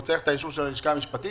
הוא צריך את האישור של הלשכה המשפטית?